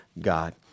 God